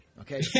okay